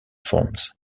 forms